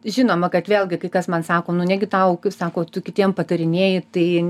žinoma kad vėlgi kai kas man sako nu negi tau kaip sako tu kitiem patarinėji tai